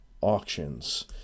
Auctions